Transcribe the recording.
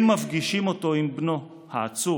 הם מפגישים אותו עם בנו העצור.